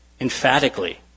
emphatically